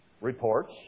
reports